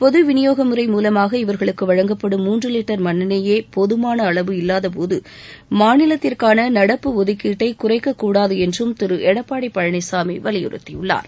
பொதுவிநியோக முறை மூலமாக இவர்களுக்கு வழங்கப்படும் மூன்று லிட்டர் மண்ணெண்ணெயே போதுமாள அளவு இல்வாதபோது மாநிலத்திற்கான நடப்பு ஒதுக்கீட்டை குறைக்கக்கூடாது என்றும் திரு எடப்பாடி பழனிசாமி வலியுறுத்தியுள்ளார்